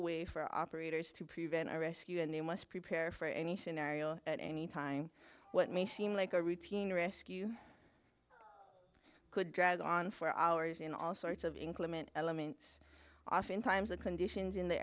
way for operators to prevent a rescue and they must prepare for any scenario at any time what may seem like a routine rescue could drag on for hours in all sorts of inclement elements oftentimes the conditions in the